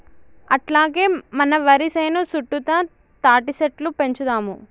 అట్లాగే మన వరి సేను సుట్టుతా తాటిసెట్లు పెంచుదాము